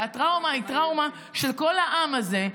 הטראומה היא טראומה של כל העם הזה,